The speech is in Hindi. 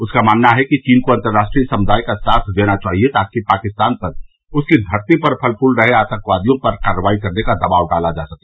उसका मानना है कि चीन को अंतर्राष्ट्रीय समुदाय का साथ देना चाहिए ताकि पाकिस्तान पर उसकी धरती पर फल फूल रहे आतंकियों पर कार्रवाई करने का दबाव डाला जा सके